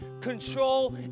control